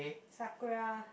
Sakura